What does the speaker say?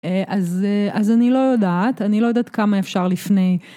אז, אז אני לא יודעת, אני לא יודעת כמה אפשר לפני.